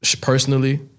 personally